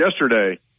yesterday